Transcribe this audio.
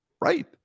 Right